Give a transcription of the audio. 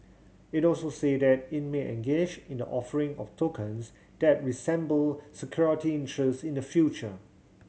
it also said that it may engage in the offering of tokens that resemble security interest in the future